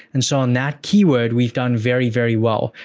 and so, on that keyword, we've done very, very well.